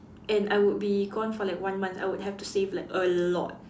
and I would be gone for like one month I would have to save like a lot